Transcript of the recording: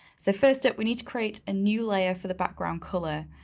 so first up, we need to create a new layer for the background color.